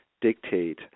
dictate